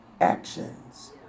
actions